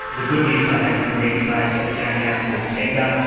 the good news i had for the mayor today is that we're going out for tender,